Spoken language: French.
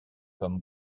comme